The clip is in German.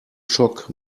schock